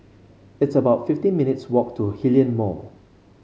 it's about fifteen minutes' walk to Hillion Mall